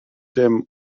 dim